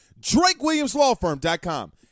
DrakeWilliamsLawFirm.com